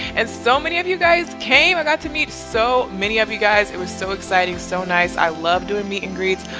and so many of you guys came. i got to meet so many of you guys. it was so exciting. so nice. i love doing meet and greets.